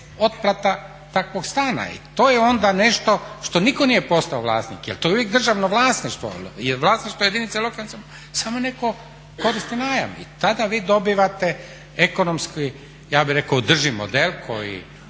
otplata takvog stana. I to je onda nešto što nitko nije postao vlasnik, jer to je uvijek državno vlasništvo, je vlasništvo jedinice lokalne samouprave, samo netko koristi najam. I tada vi dobivate ekonomski, ja bih rekao održivi model koji